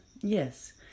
yes